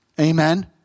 Amen